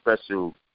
special